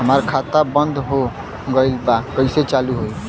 हमार खाता बंद हो गईल बा कैसे चालू होई?